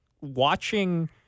watching